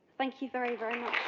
thank you very very